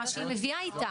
מה שהיא מביאה איתה.